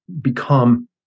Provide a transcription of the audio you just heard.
become